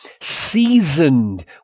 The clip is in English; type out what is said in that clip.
seasoned